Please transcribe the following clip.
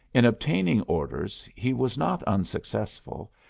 in obtaining orders he was not unsuccessful,